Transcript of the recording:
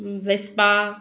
Vespa